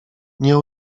nie